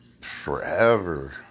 forever